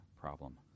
problem